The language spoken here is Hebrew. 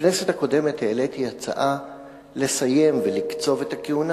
בכנסת הקודמת העליתי הצעה לסיים ולקצוב את הכהונה.